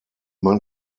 man